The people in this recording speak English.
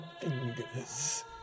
fingers